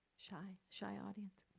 shy, shy audience.